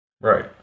right